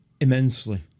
immensely